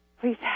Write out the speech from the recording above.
Please